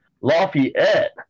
Lafayette